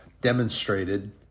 demonstrated